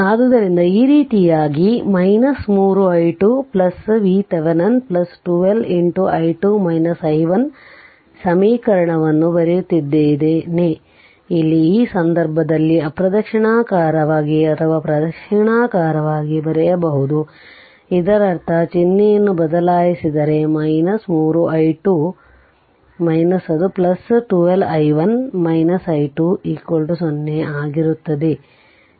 ಆದ್ದರಿಂದ ಈ ರೀತಿಯಾಗಿ ಈ 3 i2 VThevenin 12 i2 i1 ಸಮೀಕರಣವನ್ನು ಬರೆಯುತ್ತಿದ್ದೇನೆ ಇಲ್ಲಿ ಈ ಸಂದರ್ಭದಲ್ಲಿ ಅಪ್ರದಕ್ಷಿಣಾಕಾರವಾಗಿ ಅಥವಾ ಪ್ರದಕ್ಷಿಣಾಕಾರವಾಗಿ ಬರೆಯಬಹುದು ಇದರರ್ಥ ಚಿಹ್ನೆಯನ್ನು ಬದಲಾಯಿಸಿದರೆ 3 i2 ಅದು 12 i1 i2 0 ಆಗಿರುತ್ತದೆ